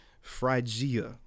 Phrygia